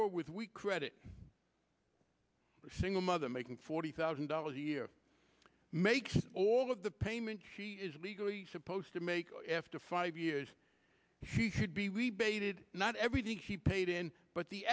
with we credit a single mother making forty thousand dollars a year makes all of the payment she is legally supposed to make after five years he should be rebated not everything he paid in but the